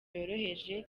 yoroheje